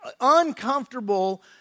uncomfortable